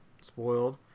spoiled